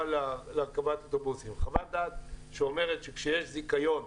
להרכבת אוטובוסים חוות דעת שאומרת שכשיש זיכיון,